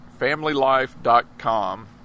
familylife.com